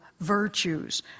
virtues